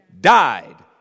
died